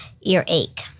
earache